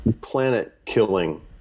planet-killing